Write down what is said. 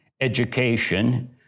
education